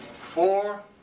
four